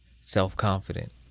Self-confident